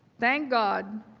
thank god